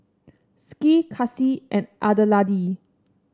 Skye Kasie and Adelaide